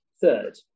third